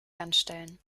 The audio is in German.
anstellen